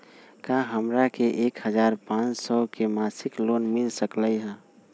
का हमरा के एक हजार पाँच सौ के मासिक लोन मिल सकलई ह?